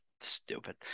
Stupid